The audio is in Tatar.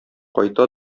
кайта